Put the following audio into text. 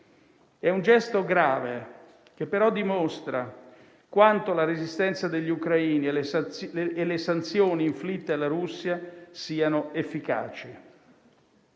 È un gesto grave, che però dimostra quanto la resistenza degli ucraini e le sanzioni inflitte alla Russia siano efficaci.